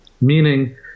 meaning